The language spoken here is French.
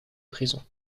prison